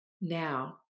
Now